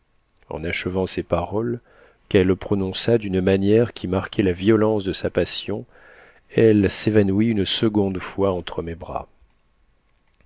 en achevant ces paroles qu'elle prononça d'une manière qui marquait la violence de sa passion elle s'évanouit une seconde fois entre mes bras